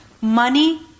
money